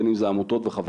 בין אם זה עמותות וחברות,